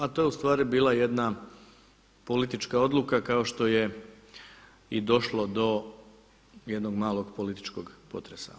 A to je ustvari bila jedna politička odluka kao što je i došlo do jednog malog političkog potresa.